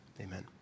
Amen